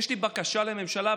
יש לי בקשה לממשלה,